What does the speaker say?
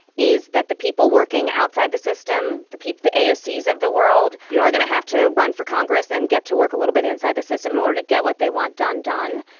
is that the people working outside the system, the people, the aosis of the world, are gonna have to run for congress and get to work a little bit inside the system in order to get what they want done, done.